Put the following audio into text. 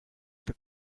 took